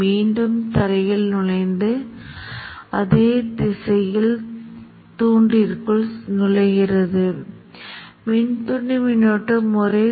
இப்போது இந்த உருவகப்படுத்துதலை இயக்கவும் இது மிகவும் விரைவானது என்று நீங்கள் பார்க்கலாம் மேலும் பிளாட் செய்யலாம் மின்னோட்டத்தை பிளாட் செய்வேன் Vid மின்னோட்டத்தை பிளாட் செய்யலாம் மின்னோட்டத்தை இரண்டாம் நிலை மின்னோட்டத்தை மாற்ற வேண்டும்